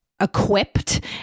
equipped